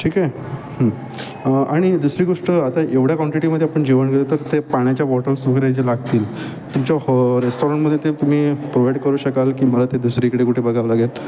ठीक आहे आणि दुसरी गोष्ट आता एवढ्या काँटिटीमध्ये आपण जेवण घेतो तर ते पाण्याच्या बॉटल्स वगैरे जे लागतील तुमच्या हो रेस्टॉरंटमध्ये ते तुम्ही प्रोवाईड करू शकाल की मला ते दुसरीकडे कुठे बघावं लागेल